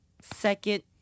second